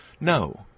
No